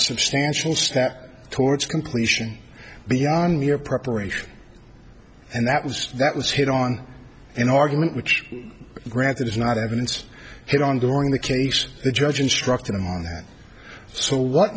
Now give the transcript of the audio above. substantial step towards completion beyond mere preparation and that was that was hit on an argument which granted is not evidence head on during the case the judge instructed him on that so what